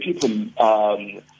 people